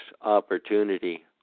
opportunity